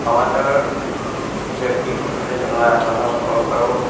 সমাজৰ কিছু ব্য়ক্তিসকলে জনোৱা মনৰ ওপৰৰপৰাও